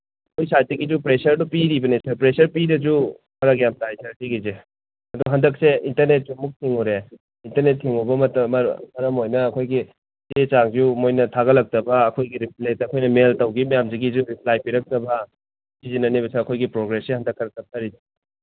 ꯑꯩꯈꯣꯏ ꯁꯥꯏꯠꯇꯒꯤꯁꯨ ꯄ꯭ꯔꯦꯁꯔꯗꯨ ꯄꯤꯔꯤꯅꯦ ꯁꯥꯔ ꯄ꯭ꯔꯦꯁꯔ ꯄꯤꯔꯁꯨ ꯐꯔꯛ ꯌꯥꯝ ꯇꯥꯏ ꯁꯥꯔ ꯁꯤꯒꯤꯁꯦ ꯑꯗꯨ ꯍꯟꯗꯛꯁꯦ ꯏꯟꯇꯔꯅꯦꯠꯁꯨ ꯑꯃꯨꯛ ꯊꯤꯡꯉꯨꯔꯦ ꯏꯟꯇꯔꯅꯦꯠ ꯊꯤꯡꯉꯨꯕ ꯃꯔꯝ ꯑꯣꯏꯗꯅ ꯑꯩꯈꯣꯏꯒꯤ ꯆꯦ ꯆꯥꯡꯁꯨ ꯃꯣꯏꯅ ꯊꯥꯒꯠꯂꯛꯇꯕ ꯑꯩꯈꯣꯏꯒꯤ ꯔꯤꯄ꯭ꯂꯦꯗ ꯑꯩꯈꯣꯏꯅ ꯃꯦꯜ ꯇꯧꯈꯤ ꯃꯌꯥꯝꯁꯤꯒꯤꯁꯨ ꯔꯤꯄ꯭ꯂꯥꯏ ꯄꯤꯔꯛꯇꯕ ꯁꯤꯁꯤꯅꯅꯦꯕ ꯑꯩꯈꯣꯏꯒꯤ ꯄ꯭ꯔꯣꯒ꯭ꯔꯦꯁꯁꯤ ꯍꯟꯗꯛ ꯈꯔ ꯇꯞꯊꯔꯤꯁꯦ